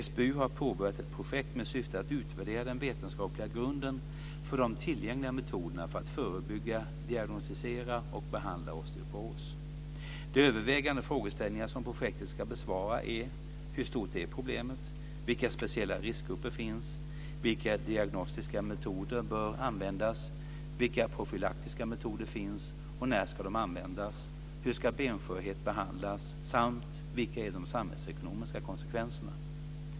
SBU har påbörjat ett projekt med syfte att utvärdera den vetenskapliga grunden för de tillgängliga metoderna för att förebygga, diagnostisera och behandla osteoporos. De övergripande frågeställningar som projektet ska besvara är: Hur stort är problemet? Vilka speciella riskgrupper finns? Vilka diagnostiska metoder bör användas? Vilka profylaktiska metoder finns, och när ska de användas? Hur ska benskörhet behandlas, samt vilka är de samhällsekonomiska konsekvenserna?